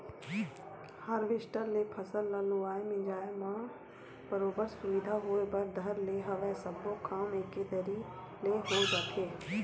harvester ले फसल ल लुवाए मिंजाय म बरोबर सुबिधा होय बर धर ले हवय सब्बो काम एके दरी ले हो जाथे